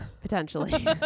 Potentially